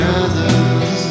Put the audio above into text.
others